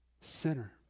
sinner